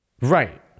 Right